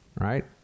Right